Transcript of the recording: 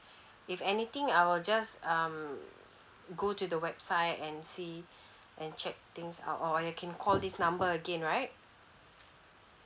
if anything I will just um go to the website and see and check things out or I can call this number again right